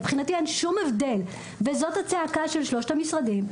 מבחינתי אין שום הבדל וזאת הצעקה של שלושת המשרדים.